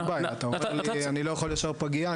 אתה אומר שאתה לא יכול ישר פגייה,